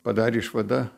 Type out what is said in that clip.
padarė išvadą